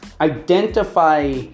Identify